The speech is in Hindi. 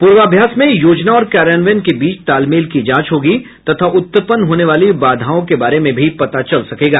प्रर्वाभ्यास में योजना और कार्यान्वयन के बीच तालमेल की जांच होगी तथा उत्पन्न होने वाली बाधाओं के बारे में भी पता चल सकेगा